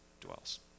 dwells